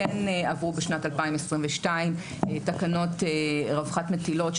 כן עברו בשנת 2022 תקנות רווחת מטילות,